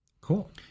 Cool